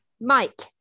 Mike